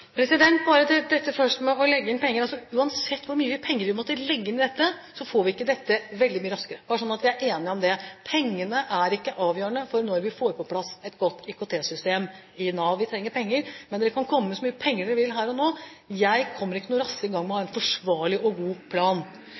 Bare først til dette med å legge inn penger: Uansett hvor mye penger vi måtte legge inn i dette, får vi det ikke veldig mye raskere – bare så vi er enige om det. Pengene er ikke avgjørende for når vi får på plass et godt IKT-system i Nav. Vi trenger penger, men det kan komme så mye penger det vil her og nå, jeg kommer ikke noe raskere i gang med en forsvarlig og god plan.